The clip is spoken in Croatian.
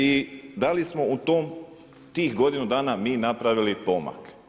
I da li smo u tih godinu dana mi napravili pomak.